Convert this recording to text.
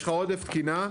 יש לך עודף תקינה.